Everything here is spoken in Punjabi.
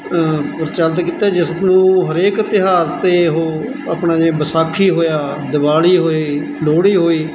ਪ੍ਰਚਲਿਤ ਕੀਤਾ ਜਿਸ ਨੂੰ ਹਰੇਕ ਤਿਉਹਾਰ 'ਤੇ ਉਹ ਆਪਣਾ ਜਿਵੇਂ ਵਿਸਾਖੀ ਹੋਇਆ ਦਿਵਾਲੀ ਹੋਈ ਲੋਹੜੀ ਹੋਈ